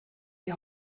die